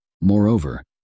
Moreover